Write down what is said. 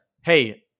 hey